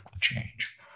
change